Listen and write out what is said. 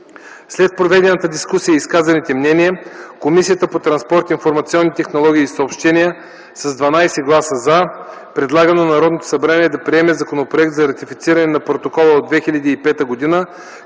След проведената дискусия и изказаните мнения, Комисията по транспорт, информационни технологии и съобщения с 12 гласа „за”, предлага на Народното събрание да приеме Законопроект за ратифициране на Протокола от 2005 г.